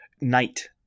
night